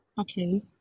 Okay